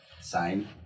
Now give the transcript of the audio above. sign